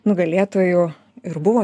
nugalėtoju ir buvo